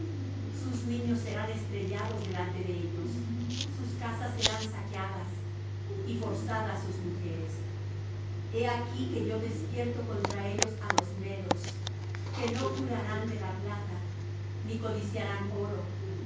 sus niños serán estrellados delante de ellos sus casas serán saqueadas y forzadas sus mujeres he aquí que yo despierto contra ellos á los medos que no curarán de la plata ni codiciarán oro